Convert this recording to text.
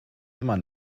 immer